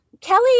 Kelly